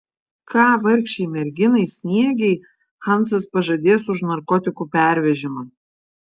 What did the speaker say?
ką vargšei merginai sniegei hansas pažadės už narkotikų pervežimą